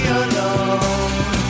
alone